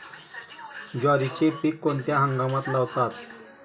ज्वारीचे पीक कोणत्या हंगामात लावतात?